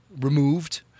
removed